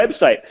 website